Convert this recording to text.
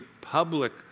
public